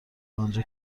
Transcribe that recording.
آنجا